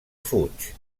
fuig